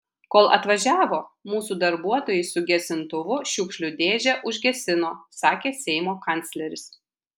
kol atvažiavo mūsų darbuotojai su gesintuvu šiukšlių dėžę užgesino sakė seimo kancleris